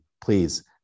please